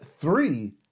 three